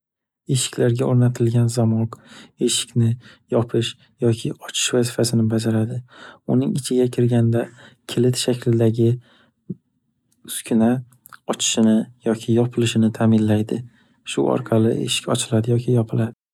Eshiklarga o’rnatilgan zamok eshikni yopish yoki ochish vazifasini bajaradi. Uning ichiga kirganda kilit shaklidagi uskuna ochishini yoki yopilishini taminlaydi. Shu orqali eshik ochiladi yoki yopiladi.